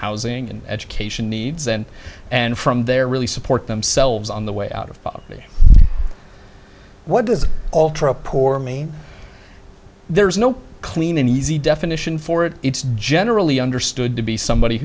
housing and education needs and and from there really support themselves on the way out of me what does alter a poor mean there's no clean and easy definition for it it's generally understood to be somebody